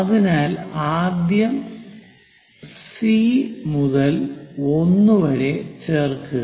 അതിനാൽ ആദ്യം സി മുതൽ 1 വരെ ചേർക്കുക